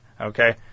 okay